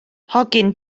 hogyn